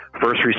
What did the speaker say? first